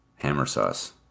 Hammersauce